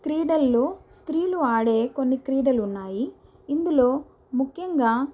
క్రీడల్లో స్త్రీలు ఆడే కొన్ని క్రీడలున్నాయి ఇందులో ముఖ్యంగా